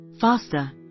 faster